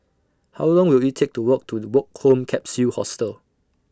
How Long Will IT Take to Walk to The Woke Home Capsule Hostel